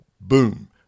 boom